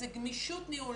זו גמישות ניהולית.